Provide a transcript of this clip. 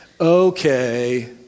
okay